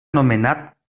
anomenat